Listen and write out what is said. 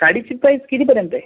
साडीची price किती पर्यंत आहे